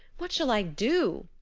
what shall i do?